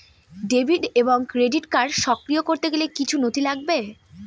Debit এবং credit card সক্রিয় করতে গেলে কিছু নথি লাগবে?